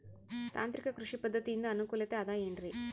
ತಾಂತ್ರಿಕ ಕೃಷಿ ಪದ್ಧತಿಯಿಂದ ಅನುಕೂಲತೆ ಅದ ಏನ್ರಿ?